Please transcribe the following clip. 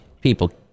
People